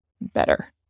better